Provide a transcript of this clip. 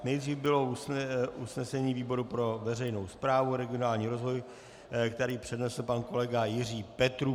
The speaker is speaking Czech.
Nejdříve bylo usnesení výboru pro veřejnou správu a regionální rozvoj, které přednesl pan kolega Jiří Petrů.